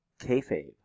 kayfabe